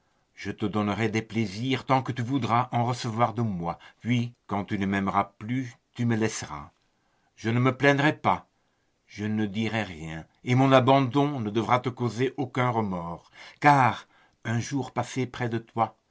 je te donnerai des plaisirs tant que tu voudras en recevoir de moi puis quand tu ne m'aimeras plus tu me laisseras je ne me plaindrai pas je ne dirai rien et mon abandon ne devra te causer aucun remords car un jour passé près de toi